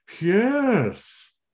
Yes